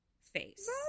face